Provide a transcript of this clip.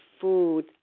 food